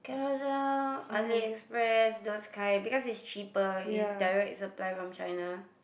Carousell Ali-Express those kind because it's cheaper is direct supply from China